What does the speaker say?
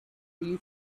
you